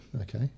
Okay